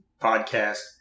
podcast